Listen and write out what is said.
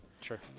sure